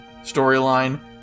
storyline